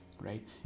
right